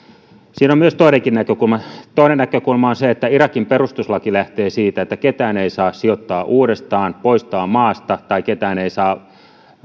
siinä on toinenkin näkökulma toinen näkökulma on se että irakin perustuslaki lähtisi siitä että ketään ei saa sijoittaa uudestaan poistaa maasta tai ketään ei saa